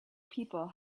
people